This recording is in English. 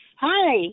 Hi